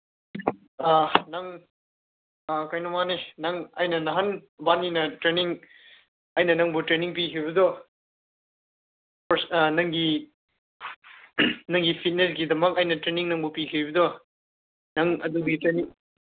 ꯑꯥ ꯅꯪ ꯀꯩꯅꯣꯅꯤ ꯅꯪ ꯑꯩꯅ ꯅꯍꯥꯟ ꯏꯕꯥꯟꯅꯤꯅ ꯇ꯭ꯔꯦꯅꯤꯡ ꯑꯩꯅ ꯅꯪꯕꯨ ꯇ꯭ꯔꯦꯅꯤꯡ ꯄꯤꯈꯤꯕꯗꯨ ꯀꯣꯁꯅ ꯅꯪꯒꯤ ꯅꯪꯒꯤ ꯐꯤꯠꯅꯦꯁꯀꯤꯗꯃꯛ ꯑꯩꯅ ꯇ꯭ꯔꯦꯅꯤꯡ ꯑꯃꯨꯛ ꯄꯤꯈꯤꯕꯗꯣ ꯅꯪ ꯑꯗꯨꯒꯤ ꯇ꯭ꯔꯦꯅꯤꯡ